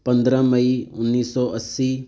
ਪੰਦਰ੍ਹਾਂ ਮਈ ਉੱਨੀ ਸੌ ਅੱਸੀ